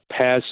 pass